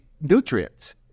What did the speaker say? nutrients